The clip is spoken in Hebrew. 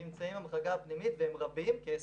שנמצאים במחלקה פנימית, והם רבים, כ-20%,